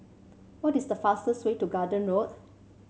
what is the fastest way to Garden Road